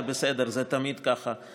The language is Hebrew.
זה בסדר, זה תמיד ככה.